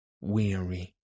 weary